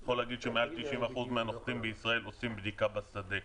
אני יכול לומר שמעל 90% מהנוחתים בישראל עושים בדיקה בשדה.